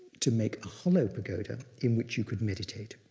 to make a hollow pagoda in which you could meditate.